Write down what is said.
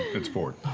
it's ford.